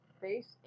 face